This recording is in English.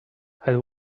had